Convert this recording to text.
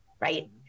Right